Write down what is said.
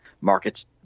Markets